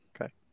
Okay